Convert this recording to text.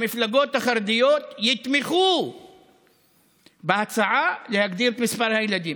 המפלגות החרדיות יתמכו בהצעה להגדיל את מספר הילדים.